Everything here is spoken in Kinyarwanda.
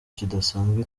kidasanzwe